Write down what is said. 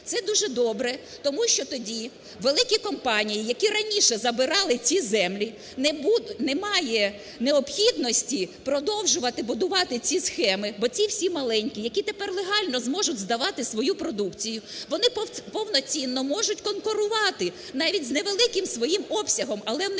Це дуже добре, тому що тоді великі компанії, які раніше забирали ці землі не будуть... немає необхідності продовжувати будувати ці схеми, бо ці всі маленькі, які тепер легально зможуть здавати свою продукцію, вони повноцінно можуть конкурувати навіть з невеликим своїм обсягом, але в